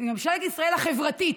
מממשלת ישראל החברתית,